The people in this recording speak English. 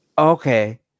Okay